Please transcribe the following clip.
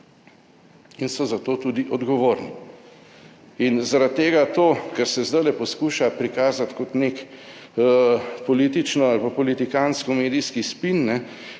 in so za to tudi odgovorni. In zaradi tega to, kar se zdaj poskuša prikazati kot nek politično ali pa politikantsko-medijski spin,